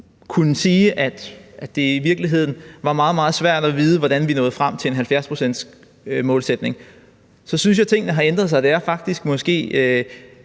kunne sige, at det i virkeligheden var meget svært at vide, hvordan vi nåede frem til en 70-procentsmålsætning, så synes jeg, at tingene har ændret sig. Det er faktisk måske